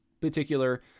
particular